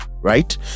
right